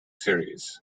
series